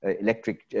electric